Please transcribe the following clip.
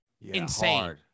Insane